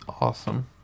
awesome